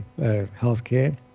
healthcare